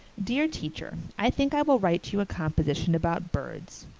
dear teacher i think i will write you a composition about birds.